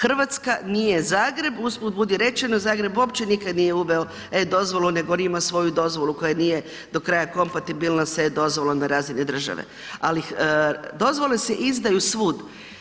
Hrvatska nije Zagreb, usput budi rečeno, Zagreb uopće nikad nije uveo e-dozvolu nego on ima svoju dozvolu koja nije do kraja kompatibilna sa e-dozvolom na razini države ali dozvole se izdaju svud.